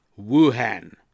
Wuhan